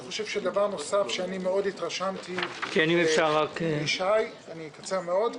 דבר נוסף שמאוד התרשמתי מישי זה